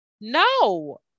no